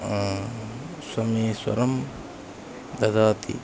स्वमेस्वरं ददाति